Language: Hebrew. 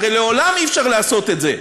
הרי לעולם אי-אפשר לעשות את זה.